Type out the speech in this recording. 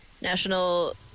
National